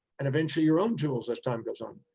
and eventually your own tools as time goes on.